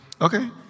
Okay